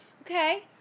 Okay